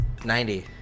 90